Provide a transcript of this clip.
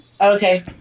Okay